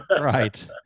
Right